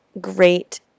Great